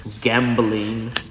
gambling